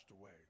away